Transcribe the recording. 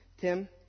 Tim